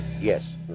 Yes